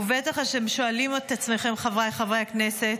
ובטח אתם שואלים את עצמכם, חבריי חברי הכנסת,